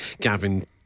Gavin